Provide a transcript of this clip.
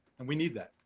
and we need that.